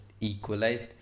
equalized